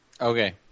Okay